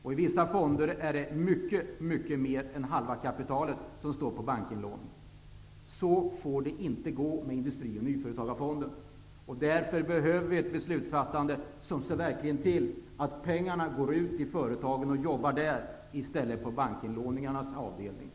I vissa fonder står mycket mycket mer än halva kapitalet på bankinlåning. Så får det inte gå med Industri och nyföretagarfonden. Därför behöver vi ett beslutsfattande som verkligen ser till att pengarna går ut i företagen och jobbar där i stället för att finnas på bankernas inlåningsavdelningar.